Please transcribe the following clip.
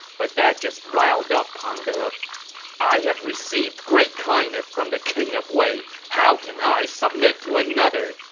but that just riled up pang de i have received great kindness from the king of wei how can i submit to another!